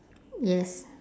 yes